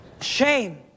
Shame